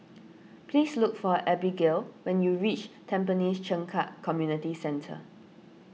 please look for Abigayle when you reach Tampines Changkat Community Centre